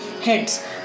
heads